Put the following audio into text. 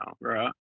right